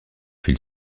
huile